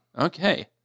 Okay